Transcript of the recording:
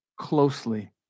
closely